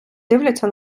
дивляться